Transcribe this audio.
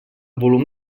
volum